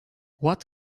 what